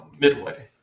midway